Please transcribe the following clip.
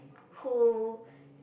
who